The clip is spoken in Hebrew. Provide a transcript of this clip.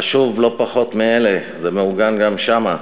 חשוב לא פחות מאלה, זה מעוגן גם שם,